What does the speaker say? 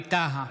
ווליד טאהא,